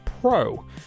Pro